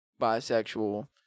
bisexual